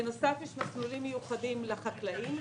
בנוסף יש מסלולים מיוחדים לחקלאים,